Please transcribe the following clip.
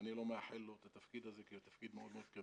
ואני לא מאחל לו את התפקיד הזה כי התפקיד מאוד כבד,